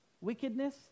wickedness